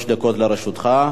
שלוש דקות לרשותך.